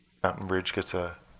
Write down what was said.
mountain ridge gets a